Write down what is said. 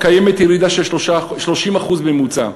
קיימת ירידה של 30% בממוצע,